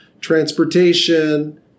transportation